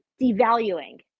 devaluing